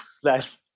slash